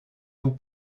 vous